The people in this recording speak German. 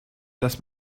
dass